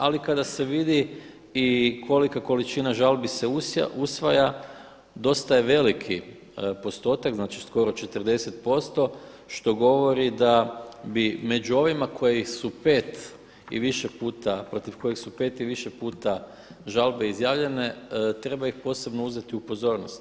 Ali kada se vidi i kolika količina žalbi se usvaja dosta je veliki postotak, znači skoro 40% što govori da bi među ovima koji su 5 i više puta, protiv kojeg su 5 i više puta žalbe izjavljene treba ih posebno uzeti u pozornost.